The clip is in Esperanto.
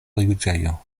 juĝejo